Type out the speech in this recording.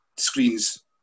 screens